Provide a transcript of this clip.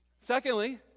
Secondly